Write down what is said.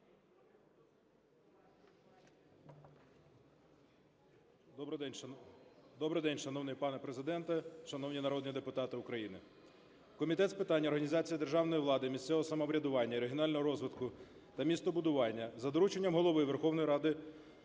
Добрий день, шановний пане Президент, шановні народні депутати України. Комітет з питань організації державної влади, місцевого самоврядування, регіонального розвитку та містобудування за дорученням Голови Верховної Ради